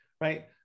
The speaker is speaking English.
right